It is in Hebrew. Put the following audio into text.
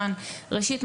ראשית,